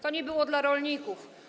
To nie było dla rolników.